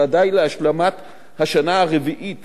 ודאי להשלמת השנה הרביעית